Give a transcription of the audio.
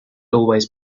always